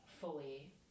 fully